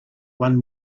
one